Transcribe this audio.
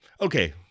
okay